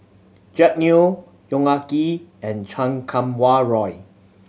Jack Neo Yong Ah Kee and Chan Kum Wah Roy